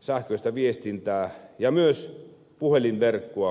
sähköistä viestintää ja myös puhelinverkkoa